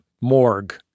morgue